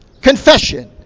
confession